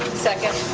second.